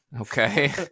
Okay